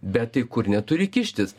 bet tai kur neturi kištis